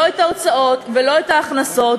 לא את ההוצאות ולא את ההכנסות.